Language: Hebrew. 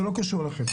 וזה לא קשור אליכם.